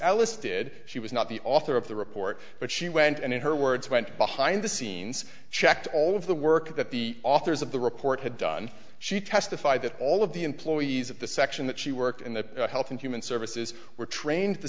ellis did she was not the author of the report but she went and in her words went behind the scenes checked all of the work that the authors of the report had done she testified that all of the employees of the section that she worked in the health and human services were trained